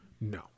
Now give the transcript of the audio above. No